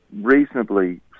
reasonably